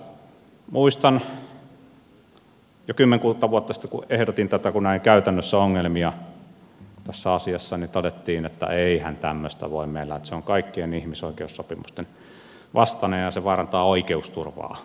muistan että jo kymmenkunta vuotta sitten kun ehdotin tätä kun näin käytännössä ongelmia tässä asiassa todettiin että eihän tämmöistä voi olla meillä että se on kaikkien ihmisoikeussopimusten vastainen ja se vaarantaa oikeusturvaa